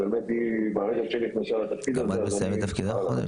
גם את מסיימת את תפקידך החודש?